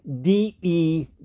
D-E